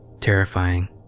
Terrifying